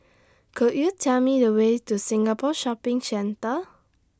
Could YOU Tell Me The Way to Singapore Shopping Centre